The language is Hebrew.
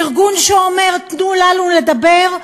ארגון שאומר: תנו לנו לדבר,